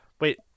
Wait